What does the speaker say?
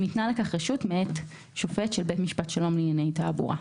אם ניתנה לכך רשות מאת שופט של בית משפט שלום לענייני תעבורה,